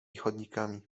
chodnikami